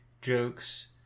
jokes